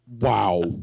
wow